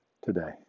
today